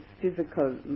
physical